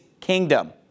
kingdom